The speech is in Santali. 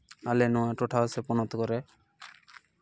ᱟᱞᱮ ᱱᱚᱣᱟ ᱴᱚᱴᱷᱟ ᱥᱮ ᱯᱚᱱᱚᱛ ᱠᱚᱨᱮ